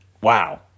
Wow